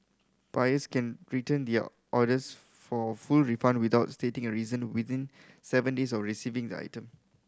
buyers can return their orders for a full refund without stating a reason within seven days of receiving the item